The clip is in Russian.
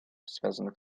связанных